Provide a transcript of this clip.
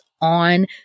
on